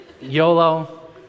YOLO